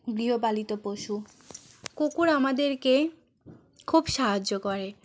গৃহপালিত পশু কুকুর আমাদেরকে খুব সাহায্য করে